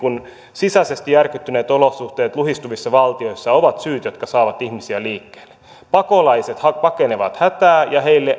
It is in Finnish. sisäisesti järkyttyneet olosuhteet luhistuvissa valtioissa ovat syyt jotka saavat ihmisiä liikkeelle pakolaiset pakenevat hätää ja heille